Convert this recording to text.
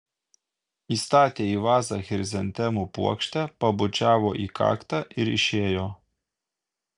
įstatė į vazą chrizantemų puokštę pabučiavo į kaktą ir išėjo